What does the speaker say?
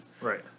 Right